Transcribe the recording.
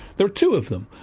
there are two of them,